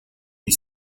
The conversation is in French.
est